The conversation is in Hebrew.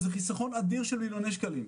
זה חיסכון אדיר של מיליוני שקלים.